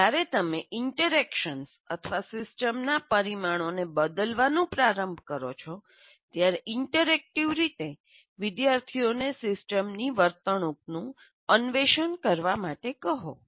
જ્યારે તમે ઇન્ટરકનેક્શન્સ અથવા સિસ્ટમના પરિમાણોને બદલવાનું પ્રારંભ કરો છો ત્યારે ઇન્ટરેક્ટિવ રીતે વિદ્યાર્થીઓને સિસ્ટમની વર્તણૂકનું અન્વેષણ કરવા માટે કહો